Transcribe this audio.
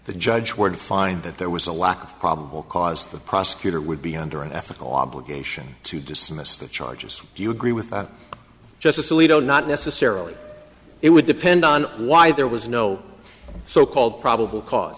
the judge were to find that there was a lack of probable cause the prosecutor would be under an ethical obligation to dismiss the charges do you agree with justice alito not necessarily it would depend on why there was no so called probable cause